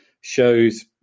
shows